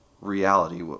reality